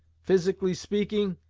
physically speaking,